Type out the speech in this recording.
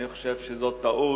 אני חושב שזו טעות.